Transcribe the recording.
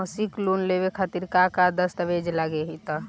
मसीक लोन लेवे खातिर का का दास्तावेज लग ता?